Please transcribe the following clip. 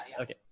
Okay